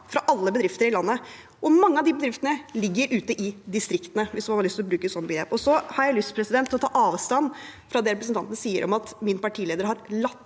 fra alle bedrifter i landet, og mange av de bedriftene ligger ute i distriktene, hvis man har lyst til å bruke et sånt begrep. Så har jeg lyst til å ta avstand fra det representanten sier om at min partileder har